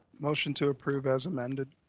motion to approve as amended.